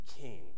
king